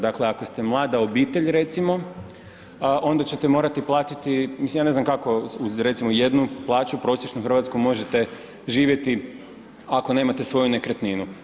Dakle, ako ste mlada obitelj, recimo, onda ćete morati platiti, mislim ja ne znam kako uz recimo jednu plaću, prosječnu hrvatsku možete živjeti ako nemate svoju nekretninu.